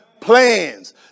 Plans